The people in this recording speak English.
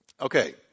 Okay